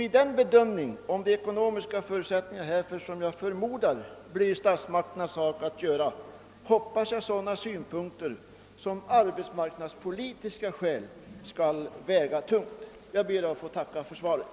I bedömningen av de ekonomiska förutsättningarna härför — jag förmodar att det blir statsmakternas sak att göra den — hoppas jag att arbetsmarknadspolitiska skäl skall få väga tungt. Jag ber att få tacka för svaret.